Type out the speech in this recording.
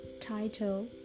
title